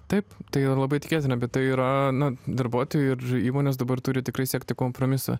taip tai yra labai tikėtina bet tai yra na darbuotojai ir įmonės dabar turi tikrai siekti kompromiso